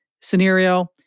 scenario